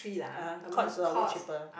ah Courts always cheaper